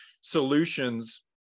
solutions